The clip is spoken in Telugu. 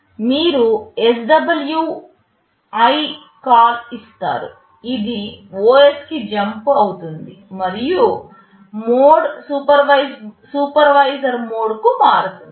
మీరు SWI కాల్ ఇస్తారు ఇది OS కి జంపు అవుతుంది మరియు మోడ్ సూపర్వైజర్ మోడ్కు మారుతుంది